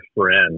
friend